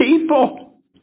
people